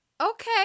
Okay